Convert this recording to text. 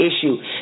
issue